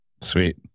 Sweet